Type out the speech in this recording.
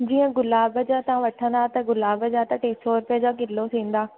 जीअं गुलाब जा तव्हां वठंदा त गुलाब जा त टे सौ रुपये जा किलो थींदा